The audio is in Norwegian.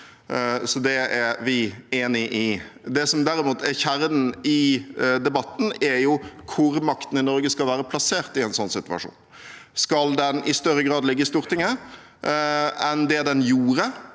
Det er vi enige i. Det som derimot er kjernen i debatten, er hvor makten i Norge skal være plassert i en sånn situasjon. Skal den i større grad ligge i Stortinget enn det den gjorde